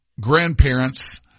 grandparents